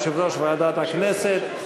יושב-ראש ועדת הכנסת,